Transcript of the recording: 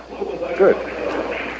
Good